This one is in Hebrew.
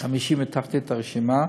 חמישי מתחתית הרשימה,